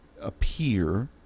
appear